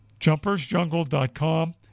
Jumpersjungle.com